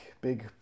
big